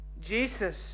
Jesus